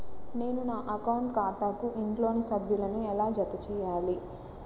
నేను నా అకౌంట్ ఖాతాకు ఇంట్లోని సభ్యులను ఎలా జతచేయాలి?